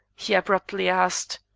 he abruptly asked.